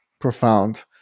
profound